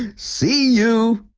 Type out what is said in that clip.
see you.